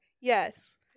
Yes